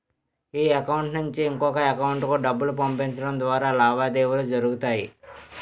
ఈ అకౌంట్ నుంచి ఇంకొక ఎకౌంటుకు డబ్బులు పంపించడం ద్వారా లావాదేవీలు జరుగుతాయి